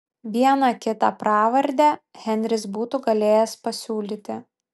vieną kitą pravardę henris būtų galėjęs pasiūlyti